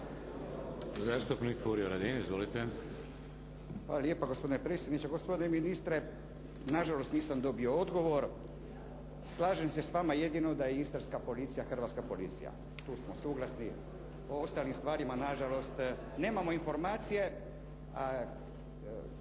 Hvala lijepa gospodine predsjedniče. Gospodine ministre nažalost nisam dobio odgovor. Slažem se s vama jedino da je istarska policija hrvatska policija, tu smo suglasni. O ostalim stvarima nažalost nemamo informacije.